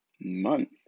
month